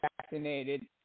vaccinated